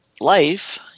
life